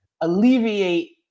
alleviate –